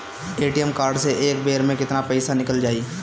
ATM card से एक बेर मे केतना पईसा निकल जाई?